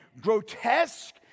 grotesque